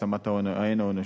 העצמת ההון האנושי,